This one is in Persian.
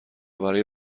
برای